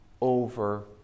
over